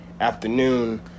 afternoon